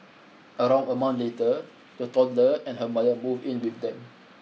around a month later the toddler and her mother moved in with them